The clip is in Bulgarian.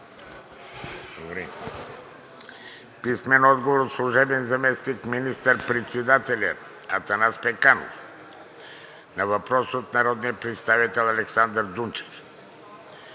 Димитров; – служебния заместник министър-председател Атанас Пеканов на въпрос от народния представител Александър Дунчев;